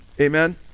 Amen